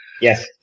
Yes